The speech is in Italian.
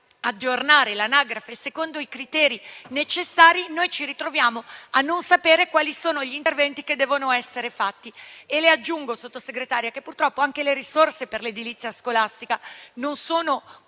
senza aggiornare l'anagrafe secondo i criteri necessari, noi ci ritroviamo a non sapere quali sono gli interventi che devono essere fatti. Signora Sottosegretaria, aggiungo che, purtroppo, anche le risorse per l'edilizia scolastica non sono così